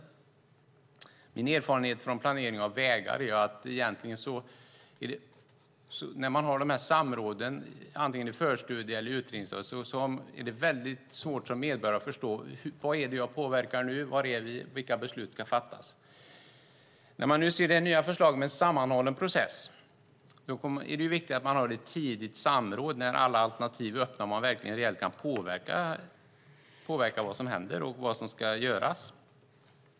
Det är min erfarenhet från planering av vägar att det är väldigt svårt att som medborgare förstå vad man påverkar, var man är och vilka beslut som ska fattas när man har de här samråden. Det nya förslaget innebär en sammanhållen process. Det är viktigt att man har ett tidigt samråd när alla alternativ är öppna och man verkligen kan påverka vad som händer och vad som ska göras.